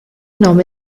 nome